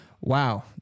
wow